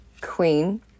Queen